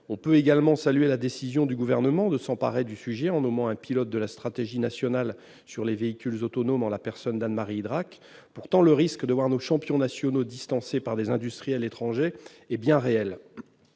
On peut également saluer la décision du Gouvernement de s'emparer du sujet, en nommant un pilote de la stratégie nationale sur les véhicules autonomes, à savoir Anne-Marie Idrac. Pourtant, le risque de voir nos champions nationaux distancés par les industriels étrangers est bien réel